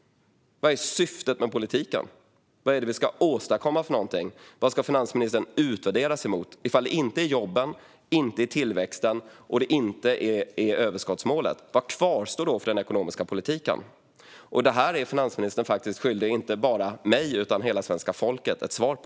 Vad är syftet med politiken? Vad är det vi ska åstadkomma? Vad ska finansministern utvärderas mot? Om det inte är jobben, inte är tillväxten och inte är överskottsmålet, vad kvarstår då för den ekonomiska politiken? Detta är faktiskt finansministern skyldig inte bara mig utan hela svenska folket ett svar på.